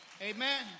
Amen